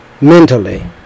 mentally